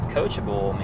coachable